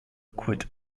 quit